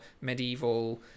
medieval